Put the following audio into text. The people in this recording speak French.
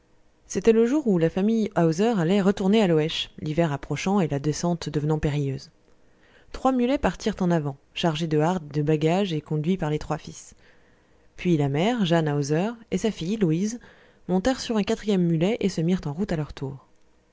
c'était le jour où la famille hauser allait retourner à loëche l'hiver approchant et la descente devenant périlleuse trois mulets partirent en avant chargés de hardes et de bagages et conduits par les trois fils puis la mère jeanne hauser et sa fille louise montèrent sur un quatrième mulet et se mirent en route à leur tour